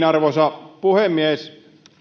arvoisa puhemies